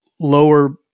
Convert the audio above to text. lower